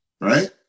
Right